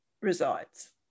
resides